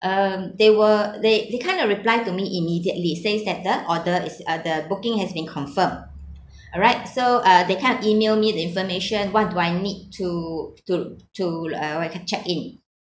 um they were they they kind of reply to me immediately says that the order is uh the booking has been confirmed alright so uh they kind of email me the information what do I need to to to uh what you call check in